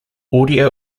audio